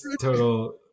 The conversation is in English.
total